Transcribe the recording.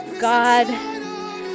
God